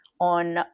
on